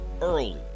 early